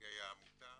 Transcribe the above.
נציגי העמותה,